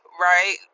Right